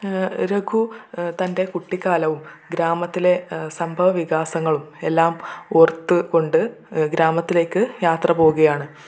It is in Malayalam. രഘു തൻ്റെ കുട്ടിക്കാലവും ഗ്രാമത്തിലെ സംഭവ വികാസങ്ങളും എല്ലാം ഓർത്ത് കൊണ്ട് ഗ്രാമത്തിലേക്ക് യാത്ര പോവുകയാണ്